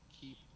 keep